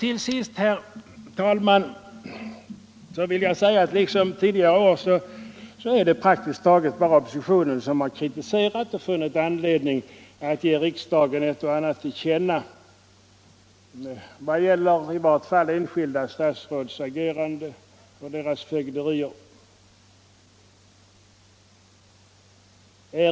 Liksom tidigare år är det praktiskt taget bara oppositionen som har kritiserat och funnit anledning att ge riksdagen ett och annat till känna vad gäller i varje fall enskilda statsråds agerande och deras fögderier.